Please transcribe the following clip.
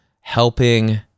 helping